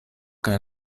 kaj